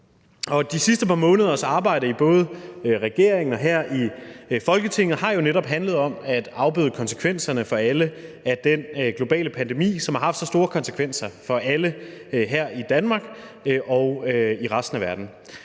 De sidste par måneders arbejde både i regeringen og her i Folketinget har jo netop handlet om at afbøde konsekvenserne for alle af den globale pandemi, som har haft så store konsekvenser for alle her i Danmark og i resten af verden.